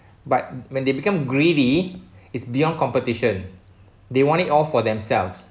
but when they become greedy is beyond competition they want it all for themselves